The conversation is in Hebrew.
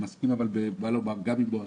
אבל אני מסכים גם עם בועז.